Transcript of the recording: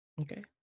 Okay